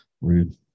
rude